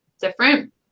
different